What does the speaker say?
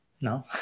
No